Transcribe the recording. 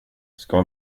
ska